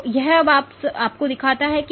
तो यह अब आपको दिखाता है